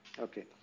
Okay